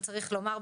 צריך לומר,